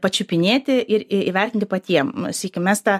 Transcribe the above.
pačiupinėti ir įvertinti patiem sakykim mes tą